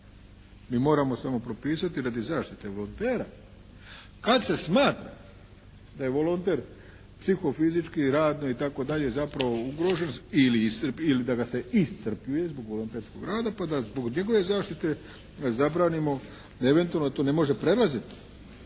Mi moramo samo propisati radi zaštite volontera kada se smatra da je volonter psihofizički i radno itd. zapravo ugrožen ili da ga se iscrpljuje zbog volonterskog rada pa da zbog njegove zaštite zabranimo da eventualno to ne može prelaziti